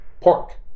pork